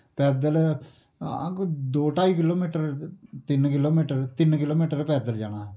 पैदल हां कोई दो ढाई किलोमीटर तिन किलोमीटर तिन किलोमीटर पैदल जाना